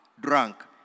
drunk